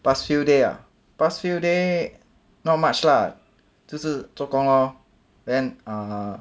past few day ah past few day not much lah 就是做工咯 then err